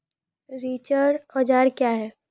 रिचर औजार क्या हैं?